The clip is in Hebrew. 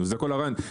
זה כל הרעיון,